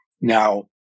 now